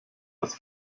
das